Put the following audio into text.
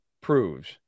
proves